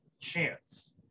chance